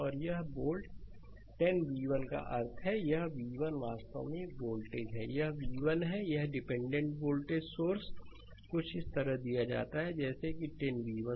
और यह volt 10 v1 का अर्थ है कि यह v1 वास्तव में यह वोल्टेज है यह v1 है और यह डिपेंडेंट वोल्टेज सोर्सकुछ इस तरह दिया जाता है जैसे कि 10 v1